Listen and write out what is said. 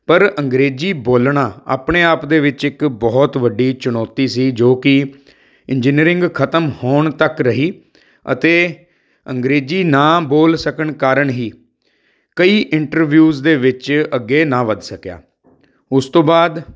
ਪਰ ਅੰਗਰੇਜ਼ੀ ਬੋਲਣਾ ਆਪਣੇ ਆਪ ਦੇ ਵਿੱਚ ਇੱਕ ਬਹੁਤ ਵੱਡੀ ਚੁਣੌਤੀ ਸੀ ਜੋ ਕਿ ਇੰਜੀਨੀਅਰਿੰਗ ਖ਼ਤਮ ਹੋਣ ਤੱਕ ਰਹੀ ਅਤੇ ਅੰਗਰੇਜ਼ੀ ਨਾ ਬੋਲ ਸਕਣ ਕਾਰਨ ਹੀ ਕਈ ਇੰਟਰਵਿਊਜ਼ ਦੇ ਵਿੱਚ ਅੱਗੇ ਨਾ ਵੱਧ ਸਕਿਆ ਉਸ ਤੋਂ ਬਾਅਦ